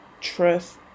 trust